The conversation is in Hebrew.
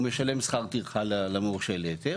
הוא משלם שכר טרחה למורשה להיתר,